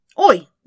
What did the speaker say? Oi